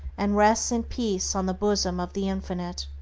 and rests in peace on the bosom of the infinite.